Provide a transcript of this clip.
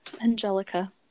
Angelica